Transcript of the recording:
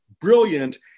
brilliant